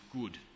good